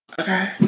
Okay